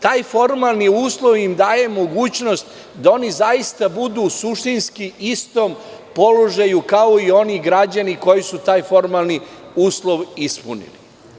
Taj formalni uslov im daje mogućnost da oni zaista budu u suštinski istom položaju kao i oni građani koji su taj formalni uslov ispunili.